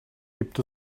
gibt